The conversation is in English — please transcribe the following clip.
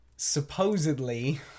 supposedly